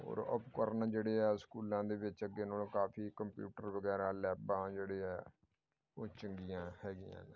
ਔਰ ਉਪਕਰਨ ਜਿਹੜੇ ਆ ਸਕੂਲਾਂ ਦੇ ਵਿੱਚ ਅੱਗੇ ਨਾਲੋਂ ਕਾਫੀ ਕੰਪਿਊਟਰ ਵਗੈਰਾ ਲੈਬਾਂ ਜਿਹੜੇ ਆ ਉਹ ਚੰਗੀਆਂ ਹੈਗੀਆਂ ਨੇ